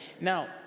Now